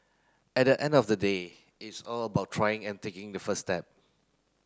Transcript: at the end of the day it's all about trying and taking the first step